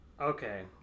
Okay